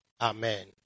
Amen